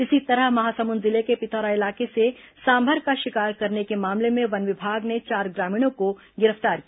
इसी तरह महासमुंद जिले के पिथौरा इलाके से सांभर का शिकार करने के मामले में वन विभाग ने चार ग्रामीणों को गिरफ्तार किया है